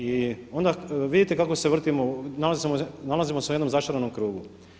I onda vidite kako se vrtimo, nalazimo se u jednom začaranom krugu.